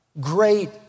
great